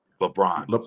LeBron